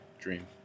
dream